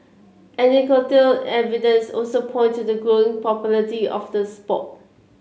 anecdotal evidence also points to the growing popularity of the sport